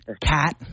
cat